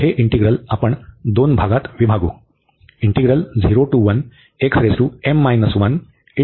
तर हे इंटीग्रल आपण दोन भागात विभागू